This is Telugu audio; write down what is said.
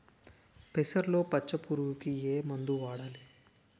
పెసరలో పచ్చ పురుగుకి ఏ మందు వాడాలి?